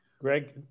Greg